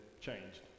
changed